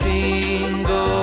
Bingo